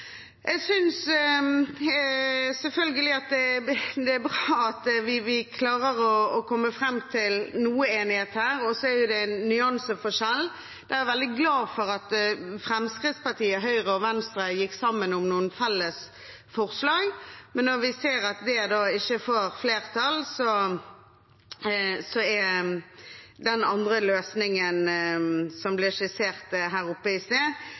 Jeg synes selvfølgelig det er bra at vi klarer å komme fram til noe enighet her, og så er det en nyanseforskjell. Jeg er veldig glad for at Fremskrittspartiet, Høyre og Venstre gikk sammen om noen felles forslag, men når vi ser at det ikke får flertall, er den andre løsningen som ble skissert her oppe i sted,